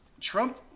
Trump